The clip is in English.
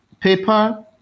Paper